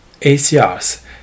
ACRs